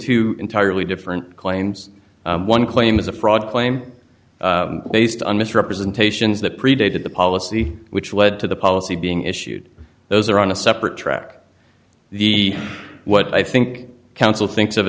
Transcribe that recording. two entirely different claims one claim is a fraud claim based on misrepresentations that predated the policy which led to the policy being issued those are on a separate track the what i think counsel thinks of